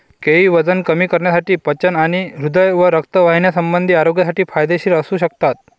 केळी वजन कमी करण्यासाठी, पचन आणि हृदय व रक्तवाहिन्यासंबंधी आरोग्यासाठी फायदेशीर असू शकतात